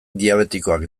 diabetikoak